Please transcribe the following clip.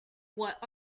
what